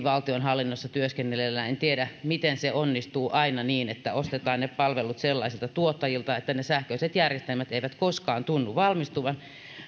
valtionhallinnossa työskennelleenä tiedä miten se onnistuu aina niin että ostetaan ne palvelut sellaisilta tuottajilta että ne sähköiset järjestelmät eivät koskaan tunnu valmistuvan